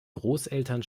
großeltern